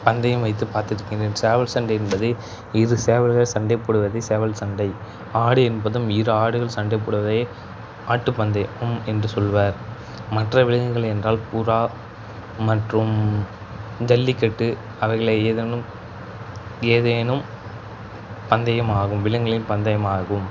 பந்தயம் வைத்து பார்த்துருக்கின்றேன் சேவல் சண்டை என்பது இரு சேவல்கள் சண்டை போடுவது சேவல் சண்டை ஆடு என்பதும் இரு ஆடுகள் சண்டை போடுவதே ஆட்டுப்பந்தயம் என்று சொல்வார் மற்ற விலங்குகள் என்றால் புறா மற்றும் ஜல்லிக்கட்டு அவைகளை ஏதேனும் ஏதேனும் பந்தயம் ஆகும் விலங்குளின் பந்தயம் ஆகும்